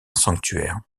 sanctuaire